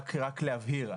רק להבהיר,